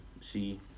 See